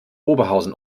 oberhausen